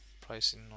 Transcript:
pricing